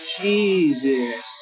Jesus